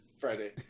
Friday